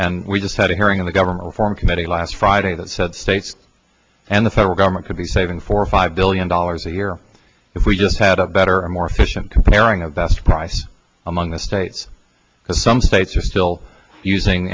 and we just had a hearing in the government reform committee last friday that said states and the federal government could be saving for five billion dollars a year if we just had a better more efficient comparing the best price among the states because some states are still using